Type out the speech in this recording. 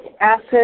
acid